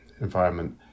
environment